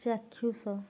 ଚାକ୍ଷୁଷ